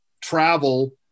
travel